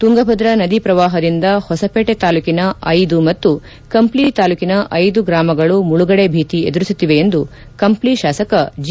ತುಂಗಭದ್ರ ನದಿ ಪ್ರವಾಹದಿಂದ ಹೊಸಪೇಟೆ ತಾಲೂಕಿನ ಐದು ಮತ್ತು ಕಂಪ್ಲಿ ತಾಲೂಕಿನ ಐದು ಗ್ರಮಗಳು ಮುಳುಗಡೆ ಬೀತಿ ಎದಿರಿಸುತ್ತಿವೆ ಎಂದು ಕಂಪ್ಲಿ ಶಾಸಕ ಜಿ